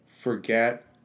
forget